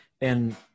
and-